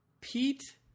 Pete